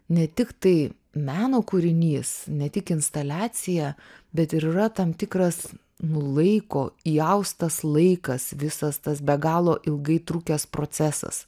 ne tik tai meno kūrinys ne tik instaliacija bet ir yra tam tikras nu laiko įaustas laikas visas tas be galo ilgai trukęs procesas